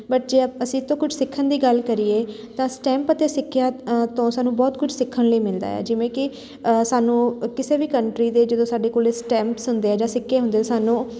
but ਜੇ ਆ ਅਸੀਂ ਇਹ ਤੋਂ ਕੁਝ ਸਿੱਖਣ ਦੀ ਗੱਲ ਕਰੀਏ ਤਾਂ ਸਟੈਂਪ ਅਤੇ ਸਿੱਕਿਆਂ ਤੋਂ ਸਾਨੂੰ ਬਹੁਤ ਕੁਝ ਸਿੱਖਣ ਲਈ ਮਿਲਦਾ ਹੈ ਜਿਵੇਂ ਕਿ ਸਾਨੂੰ ਕਿਸੇ ਵੀ ਕੰਟਰੀ ਦੇ ਜਦੋਂ ਸਾਡੇ ਕੋਲੇ ਸਟੈਂਪਸ ਹੁੰਦੇ ਆ ਜਾਂ ਸਿੱਕੇ ਹੁੰਦੇ ਸਾਨੂੰ